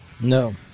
No